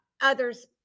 others